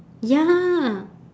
ya